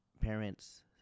parents